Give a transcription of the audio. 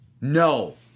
No